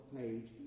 page